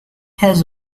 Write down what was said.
has